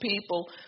people